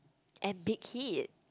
and Big-Hit